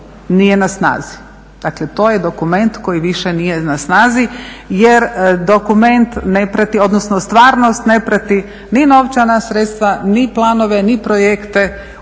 nije na snazi. Dakle, to je dokument koji više nije na snazi jer dokument ne prati, odnosno stvarnost ne prati ni novčana sredstva, ni planove, ni projekte